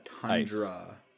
tundra